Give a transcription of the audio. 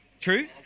true